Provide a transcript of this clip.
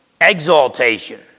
exaltation